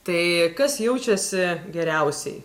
tai kas jaučiasi geriausiai